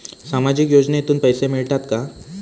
सामाजिक योजनेतून पैसे मिळतात का?